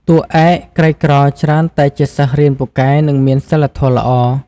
តួឯក ក្រីក្រច្រើនតែជាសិស្សរៀនពូកែ និងមានសីលធម៌ល្អ។